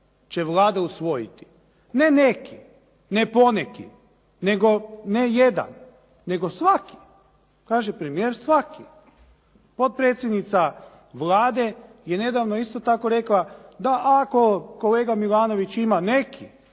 će Vlada usvojiti. Ne neki, ne poneki, ne jedan, nego svaki. Kaže premijer svaki. Potpredsjednica Vlade je nedavno isto tako rekla da ako kolega Milanović ima neki